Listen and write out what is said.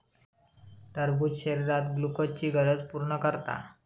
टरबूज शरीरात ग्लुकोजची गरज पूर्ण करता